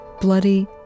bloody